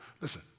Listen